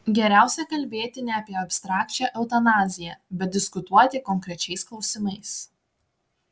geriausia kalbėti ne apie abstrakčią eutanaziją bet diskutuoti konkrečiais klausimais